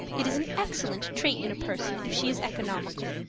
it is an excellent trait in a person if she is economical.